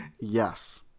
Yes